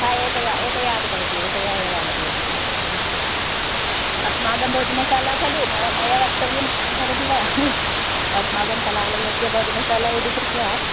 हा एकया एकया आगतवती एकया एव आगतवती अस्माकं भोजनशाला खलु मव मया वक्तव्यं भवति वा अस्माकं कलालयस्य भोजनशाला इति कृत्वा